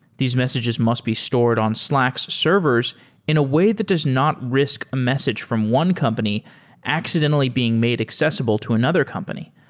these messages must be stored on slack's servers in a way that does not risk a message from one company accidentally being made accessible to another company.